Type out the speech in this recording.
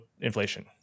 inflation